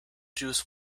juice